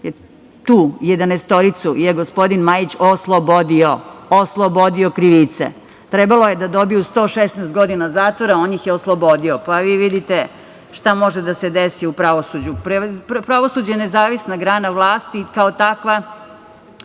je gospodin Majić oslobodio krivice. Trebalo je da dobiju 116 godina zatvora, a on ih je oslobodio, pa vi vidite šta može da se desi u pravosuđu. Pravosuđa je nezavisna grana vlasti i kao takva